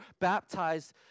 baptized